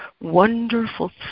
wonderful